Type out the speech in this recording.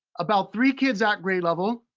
about three kids at grade level,